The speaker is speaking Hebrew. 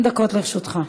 דקות לרשותך.